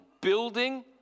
building